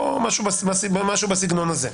או משהו בסגנון הזה.